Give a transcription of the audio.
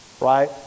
right